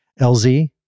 LZ